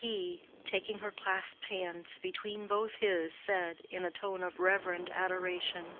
but he, taking her clasped hands between both his, said, in a tone of reverent adoration,